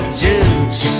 juice